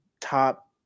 top